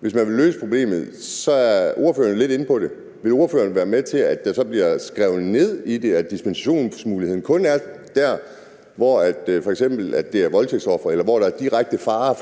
hvis man vil løse problemet, og ordføreren er jo lidt inde på det, vil ordføreren så være med til, at der bliver skrevet ned i det her, at dispensationsmuligheden kun er til dér, hvor det f.eks. er voldtægtsofre, eller hvor der er direkte fare